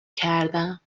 کردم